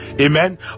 amen